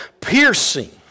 Piercing